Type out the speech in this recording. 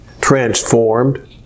transformed